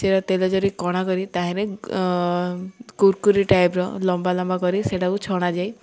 ସେଟା ତେଲ ଜରି କଣା କରି ତା'ହେଲେ କୁୁରକୁରି ଟାଇପ୍ର ଲମ୍ବା ଲମ୍ବା କରି ସେଟାକୁ ଛଣାଯାଏ